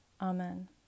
Amen